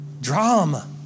Drama